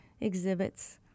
exhibits